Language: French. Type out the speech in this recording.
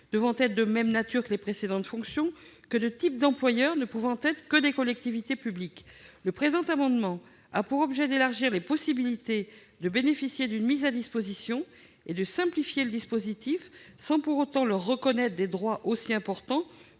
doivent être de même nature que les précédentes fonctions -, que de types d'employeurs, lesquels ne pouvant être que des collectivités publiques. Le présent amendement a pour objet d'élargir les possibilités de bénéficier d'une mise à disposition et de simplifier le dispositif, sans pour autant reconnaître aux contractuels des droits aussi importants